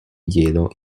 glielo